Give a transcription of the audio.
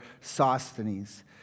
Sosthenes